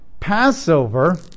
Passover